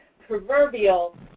proverbial